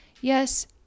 Yes